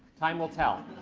time will tell.